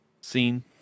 scene